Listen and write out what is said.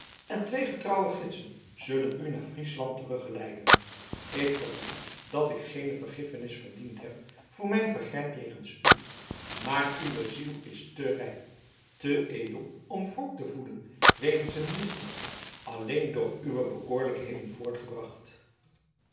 en twee getrouwe gidsen zullen u naar friesland teruggeleiden ik gevoel dat ik geene vergiffenis verdiend heb voor mijn vergrijp jegens u maar uwe ziel is te rein te edel om wrok te voeden wegens een misdaad alleen door uwe bekoorlijkheden voortgebracht